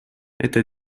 это